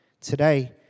today